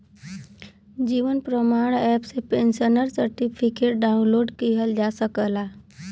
जीवन प्रमाण एप से pensioner certificate download किहल जा सकला